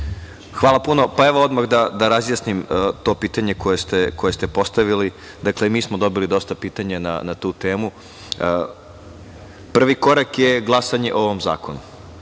Hvala puno. Evo odmah da razjasnim to pitanje koje ste postavili. Dakle, mi smo dobili dosta pitanja na tu temu. Prvi korak je glasanje o ovom zakonu.